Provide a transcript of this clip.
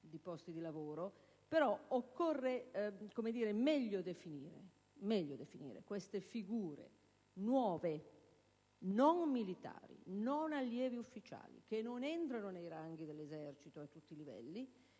di posti di lavoro, però occorre meglio definire queste nuove figure, che non sono militari, non sono allievi ufficiali e non entrano nei ranghi dell'Esercito a tutti i livelli,